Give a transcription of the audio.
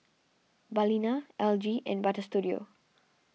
Balina L G and Butter Studio